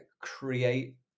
create